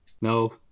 no